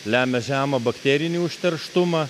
lemia žemą bakterinį užterštumą